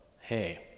hey